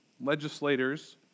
legislators